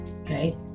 okay